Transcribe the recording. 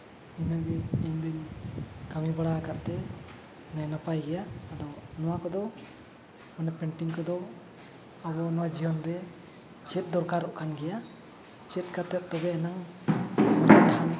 ᱤᱱᱟᱹ ᱜᱮ ᱤᱧ ᱫᱚᱧ ᱠᱟᱹᱢᱤ ᱵᱟᱲᱟ ᱠᱟᱫᱛᱮ ᱱᱮ ᱱᱟᱯᱟᱭ ᱜᱮᱭᱟ ᱟᱫᱚ ᱱᱚᱣᱟ ᱠᱚᱫᱚ ᱚᱱᱮ ᱯᱮᱱᱴᱤᱝ ᱠᱚᱫᱚ ᱟᱨᱚ ᱱᱚᱣᱟ ᱡᱤᱭᱚᱱ ᱨᱮ ᱪᱮᱫ ᱫᱚᱨᱠᱟᱨᱚᱜ ᱠᱟᱱ ᱜᱮᱭᱟ ᱪᱮᱫ ᱠᱟᱛᱮ ᱛᱚᱵᱮ ᱮᱱᱟᱝ